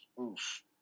Oof